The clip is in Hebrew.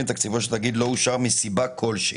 ותקציבו של תאגיד לא אושר מסיבה כלשהי".